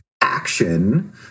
action